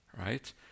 right